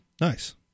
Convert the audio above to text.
nice